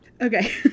Okay